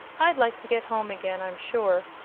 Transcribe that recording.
i'd like to get home again, i'm sure.